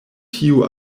tiu